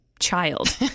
child